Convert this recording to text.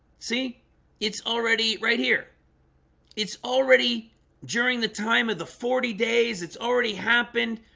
see it's already right here it's already during the time of the forty days. it's already happened.